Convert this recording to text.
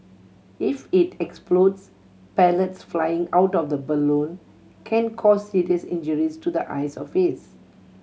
if it explodes pellets flying out of the balloon can cause serious injuries to the eyes or face